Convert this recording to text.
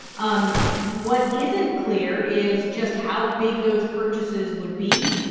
um what isn't clear is just how big those purchases would be,